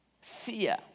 Fear